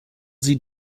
sie